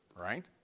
Right